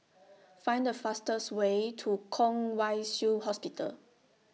Find The fastest Way to Kwong Wai Shiu Hospital